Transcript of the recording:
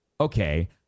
okay